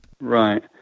Right